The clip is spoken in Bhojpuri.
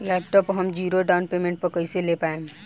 लैपटाप हम ज़ीरो डाउन पेमेंट पर कैसे ले पाएम?